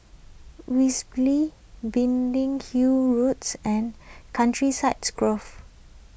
Biggin Hill Roads and Countryside Grove